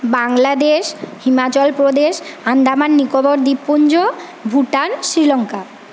বাংলাদেশ হিমাচল প্রদেশ আন্দামান নিকোবর দ্বীপপুঞ্জ ভুটান শ্রীলঙ্কা